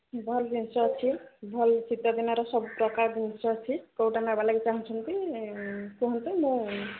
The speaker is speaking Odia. ଭଲ ଜିନିଷ ଅଛି ଭଲ ଶୀତ ଦିନର ସବୁ ପ୍ରକାର ଜିନିଷ ଅଛି କୋଉଟା ନେବା ଲାଗି ଚାହୁଁଛନ୍ତି କୁହନ୍ତୁ ମୁଁ